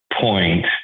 point